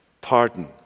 pardon